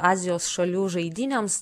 azijos šalių žaidynėms